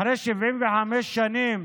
אחרי 75 שנים